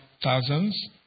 thousands